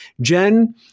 Jen